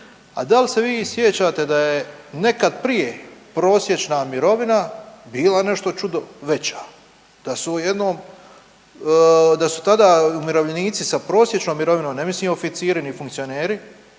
a dal se vi sjećate da je nekad prije prosječna mirovina bila nešto čudo veća, da su tada umirovljenici sa prosječnom mirovinom, ne mislim oficiri ni funkcioneri,